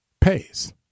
pays